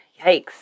yikes